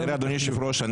אדוני היושב ראש,